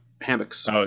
hammocks